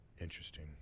Interesting